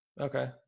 okay